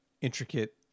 intricate